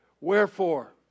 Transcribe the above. Wherefore